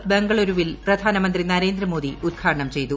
Indian ബംഗളുരുവിൽ പ്രധാനമന്ത്രി നരേന്ദ്രമോദി ഉദ്ഘാടനം ചെയ്തു